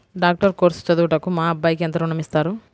Doctor course చదువుటకు మా అబ్బాయికి ఎంత ఋణం ఇస్తారు?